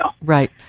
Right